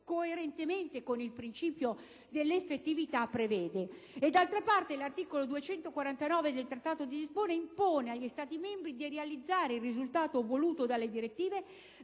coerentemente con il principio di effettività, prevede. E, d'altra parte, l'articolo 249 del Trattato di Roma impone agli Stati membri di realizzare il risultato voluto dalle direttive,